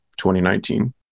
2019